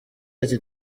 ati